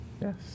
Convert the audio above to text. Yes